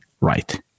right